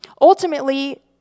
Ultimately